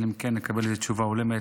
אלא אם כן נקבל תשובה הולמת,